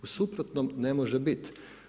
U suprotnom ne može biti.